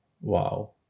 wow